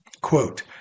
quote